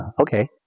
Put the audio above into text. okay